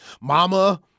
Mama